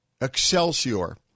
Excelsior